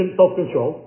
self-control